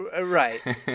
Right